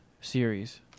series